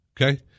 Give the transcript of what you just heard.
Okay